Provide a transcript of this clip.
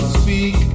speak